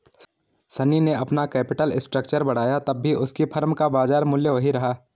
शनी ने अपना capital structure बढ़ाया तब भी उसकी फर्म का बाजार मूल्य वही रहा